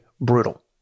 brutal